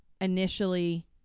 Initially